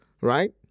right